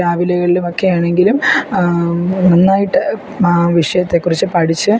രാവിലെകളിലും ഒക്കെയാണെങ്കിലും നന്നായിട്ട് വിഷയത്തെ കുറിച്ച് പഠിച്ച്